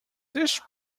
this